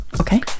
Okay